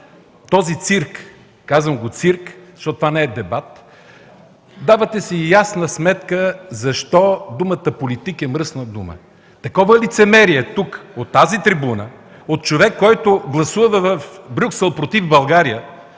този цирк, казвам „цирк”, защото това не е дебат, давате си ясна сметка защо думата „политик” е мръсна дума. Такова лицемерие тук, от тази трибуна, от човек, който гласува в Брюксел против България,